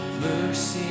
mercy